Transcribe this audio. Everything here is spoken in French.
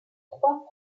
trois